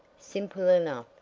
simple enough,